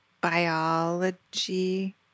Biology